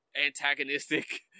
antagonistic